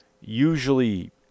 Usually